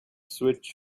switch